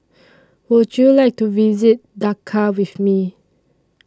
Would YOU like to visit Dhaka with Me